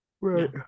Right